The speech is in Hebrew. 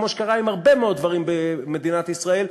כמו שקרה עם הרבה מאוד דברים במדינת ישראל,